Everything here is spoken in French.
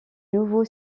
nouveau